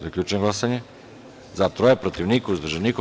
Zaključujem glasanje: za – tri, protiv – niko, uzdržanih – nema.